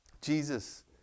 Jesus